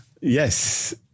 Yes